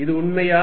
இது உண்மையா